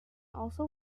also